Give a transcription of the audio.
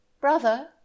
Brother